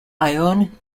ione